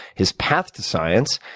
his path to science,